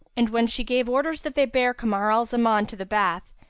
and when she gave orders that they bear kamar al-zaman to the bath,